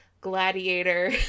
Gladiator